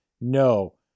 No